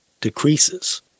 decreases